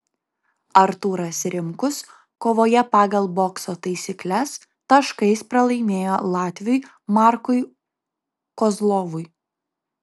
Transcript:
artūras rimkus kovoje pagal bokso taisykles taškais pralaimėjo latviui markui kozlovui